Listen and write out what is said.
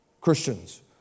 Christians